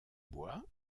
bois